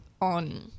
on